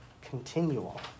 continual